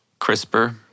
CRISPR